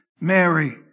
Mary